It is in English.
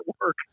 work